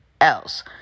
else